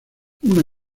una